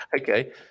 Okay